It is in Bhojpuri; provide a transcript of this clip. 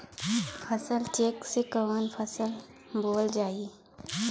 फसल चेकं से कवन फसल बोवल जाई?